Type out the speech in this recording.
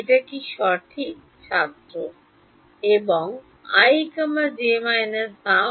এটা কি স এবং i j 12